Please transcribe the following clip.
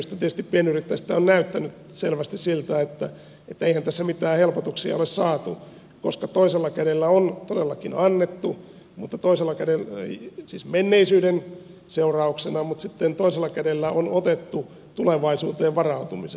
tästä syystä pienyrittäjistä on näyttänyt siltä että eihän tässä mitään helpotuksia ole saatu koska toisella kädellä on todellakin annettu menneisyyden seurauksena mutta sitten toisella kädellä on otettu tulevaisuuteen varautumiseksi